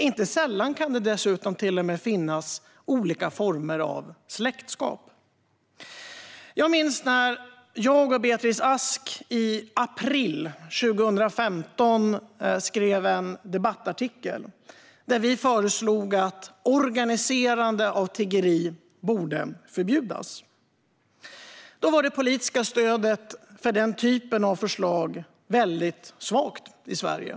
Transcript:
Inte sällan kan det finnas olika former av släktskap. Jag minns när jag och Beatrice Ask i april 2015 skrev en debattartikel där vi föreslog att organiserande av tiggeri borde förbjudas. Då var det politiska stödet för den typen av förslag väldigt svagt i Sverige.